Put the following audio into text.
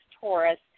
Taurus